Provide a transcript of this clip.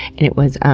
and it was, um,